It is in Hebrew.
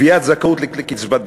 קביעת זכאות לקצבת נכות,